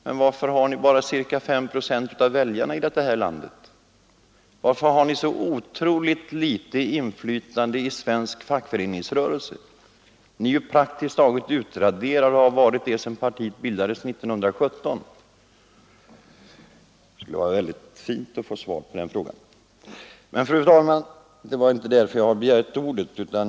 Men varför har ni då bara ca 5 procent av väljarunderlaget i detta land? Varför har ni så otroligt litet inflytande på svensk fackföreningsrörelse? Ert parti är ju praktiskt taget utraderat och har varit det sedan det bildades 1917. Det vore väldigt fint att få svar på dessa frågor. Men, fru talman, det var inte av denna orsak som jag begärde ordet.